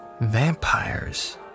vampires